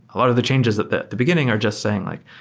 a lot of the changes at the the beginning are just saying like,